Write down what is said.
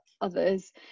others